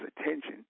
attention